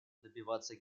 добиваться